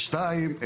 שתיים,